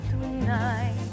tonight